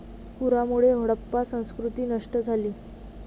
पुरामुळे हडप्पा संस्कृती नष्ट झाली